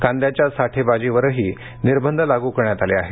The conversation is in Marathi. कांद्याच्या साठेबाजीवरही निर्बंध लागू करण्यात आले आहेत